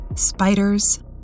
Spiders